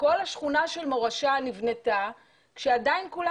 כל השכונה של מורשה נבנתה כשעדיין כולם